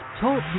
Talk